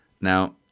Now